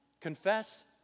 confess